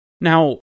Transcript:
Now